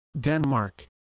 Denmark